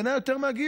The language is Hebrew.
בעיניי יותר מהגיוס.